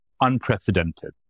unprecedented